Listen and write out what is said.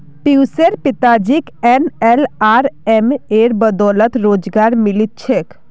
पियुशेर पिताजीक एनएलआरएमेर बदौलत रोजगार मिलील छेक